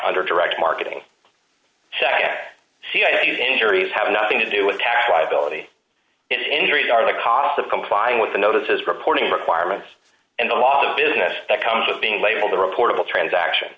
under direct marketing check c i s injuries have nothing to do with tax liability and injuries are the cost of complying with the notices reporting requirements and the loss of business that comes with being labeled the reportable transaction